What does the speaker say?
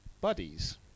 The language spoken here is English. buddies